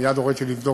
מייד הוריתי לבדוק,